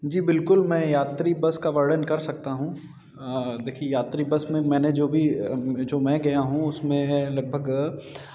जी बिल्कुल मैं यात्री बस का वर्णन कर सकता हूँ देखिये यात्री बस में मैंने जो भी जो मैं गया हूँ उसमें लगभग